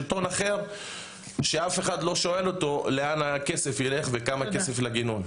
שלטון אחר שאף אחד לא שואל אותו לאן הכסף יילך וכמה כסף לגינון.